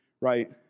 right